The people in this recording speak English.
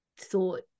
thought